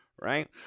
Right